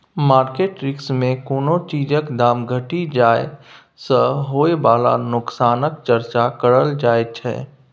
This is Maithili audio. मार्केट रिस्क मे कोनो चीजक दाम घटि जाइ सँ होइ बला नोकसानक चर्चा करल जाइ छै